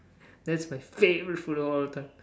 that's my favourite food of all time